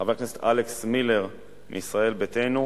חבר הכנסת אלכס מילר מישראל ביתנו,